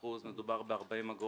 ב-0.25% מדובר ב-40 אג'